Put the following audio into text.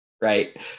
right